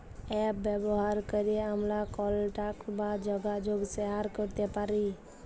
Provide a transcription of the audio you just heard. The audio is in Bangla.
এপ ব্যাভার ক্যরে আমরা কলটাক বা জ্যগাজগ শেয়ার ক্যরতে পারি